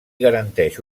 garanteix